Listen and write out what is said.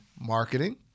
marketing